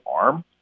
arm